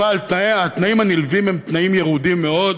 התנאים הנלווים הם תנאים ירודים מאוד,